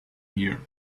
here